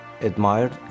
admired